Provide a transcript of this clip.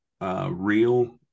real